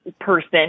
person